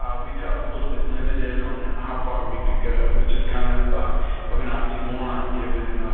we felt a little bit limited on how far we could go, which is kind of of an oxymoron given